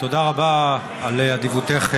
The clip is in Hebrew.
תודה רבה על אדיבותך,